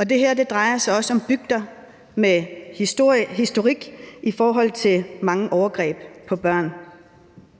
Det her drejer sig også om bygder med en historik om mange overgreb på børn.